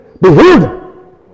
Behold